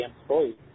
employees